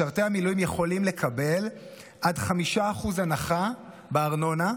משרתי המילואים יכולים לקבל עד 5% הנחה בארנונה,